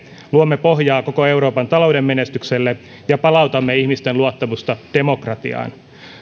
luomme pohjaa koko euroopan talouden menestykselle ja palautamme ihmisten luottamusta demokratiaan